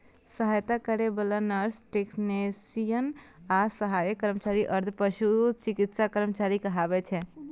सहायता करै बला नर्स, टेक्नेशियन आ सहायक कर्मचारी अर्ध पशु चिकित्सा कर्मचारी कहाबै छै